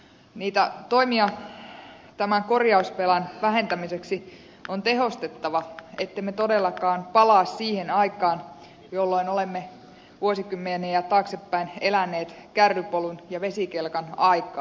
niitä toimia tämän korjausvelan vähentämiseksi on tehostettava ettemme todellakaan palaa siihen aikaan jolloin olemme vuosikymmeniä taaksepäin eläneet kärrypolun ja vesikelkan aikaa